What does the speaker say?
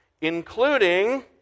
Including